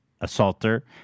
assaulter